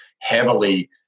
heavily